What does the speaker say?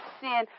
sin